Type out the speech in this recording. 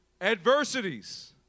Adversities